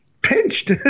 pinched